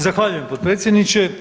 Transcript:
Zahvaljujem, potpredsjedniče.